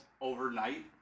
overnight